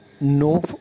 no